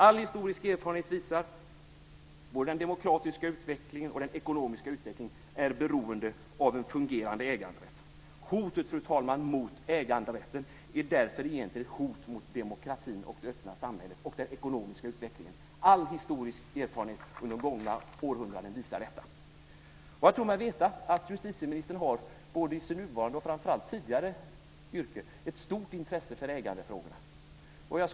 All historisk erfarenhet visar att både den demokratiska utvecklingen och den ekonomiska utvecklingen är beroende av en fungerande äganderätt. Hotet mot äganderätten, fru talman, är därför egentligen ett hot mot demokratin, det öppna samhället och den ekonomiska utvecklingen. All historisk erfarenhet de gångna århundradena visar detta. Jag tror mig veta att justitieministern både i sin nuvarande roll och, framför allt, i sitt tidigare yrke har visat ett stort intresse för ägandefrågorna.